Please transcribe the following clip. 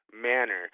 manner